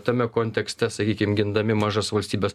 tame kontekste sakykim gindami mažas valstybes